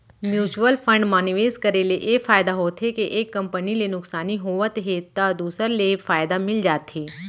mutual fund म निवेस करे ले ए फायदा होथे के एक कंपनी ले नुकसानी होवत हे त दूसर ले फायदा मिल जाथे